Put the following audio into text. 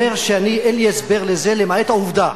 שאין לי הסבר לזה, למעט העובדה,